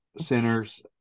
centers